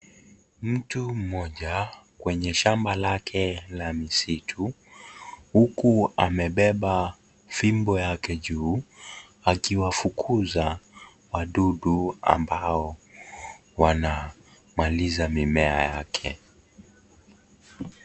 Mtu mmoja kwenye shamba lake la msitu huku amebeba fimbo yake juu akiwafukuza wadudu ambao wanamaliza mimea yake.